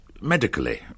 medically